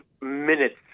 minutes